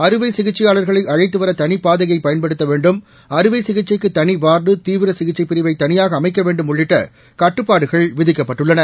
அறுவை சிகிச்சையாளர்களை அழைத்துவர தனிப்பாதையை பயன்படுத்த வேண்டும் அறுவை சிகிச்சைக்கு தனிவாா்டு தீவிர சிகிச்சைப் பிரிவை தனியாக அமைக்க வேண்டும் உள்ளிட்ட கட்டுப்பாடுகள் விதிக்கப்பட்டுள்ளன